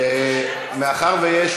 מאחר שיש